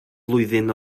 flwyddyn